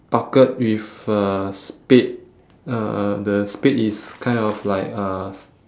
bucket with a spade uh the spade is kind of like uh s~